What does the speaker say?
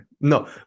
no